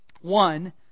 One